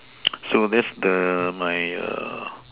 so there's the my